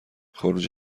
خروج